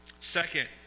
Second